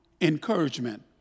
encouragement